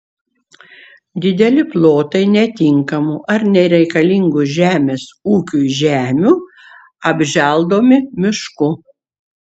dideli plotai netinkamų ar nereikalingų žemės ūkiui žemių apželdomi mišku